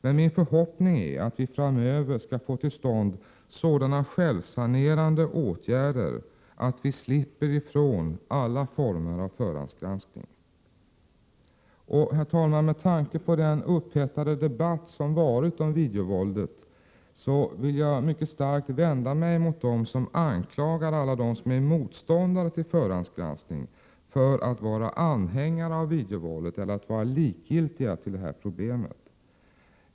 Men min förhoppning är att vi framöver skall få till stånd sådana självsanerande åtgärder att vi slipper ifrån alla former av förhandsgranskning. Med tanke på den upphettade debatt som har varit om videovåldet vill jag mycket starkt vända mig emot dem som anklagar alla som är motståndare till förhandsgranskning för att vara anhängare av videovåldet eller att vara likgiltiga inför detta problem.